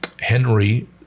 Henry